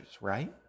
right